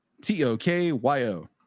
T-O-K-Y-O